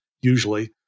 usually